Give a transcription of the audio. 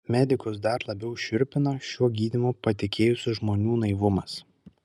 medikus dar labiau šiurpina šiuo gydymu patikėjusių žmonių naivumas